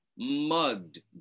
mugged